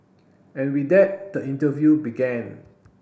and with that the interview began